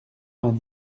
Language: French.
vingt